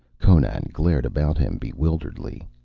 conan glared about him bewilderedly.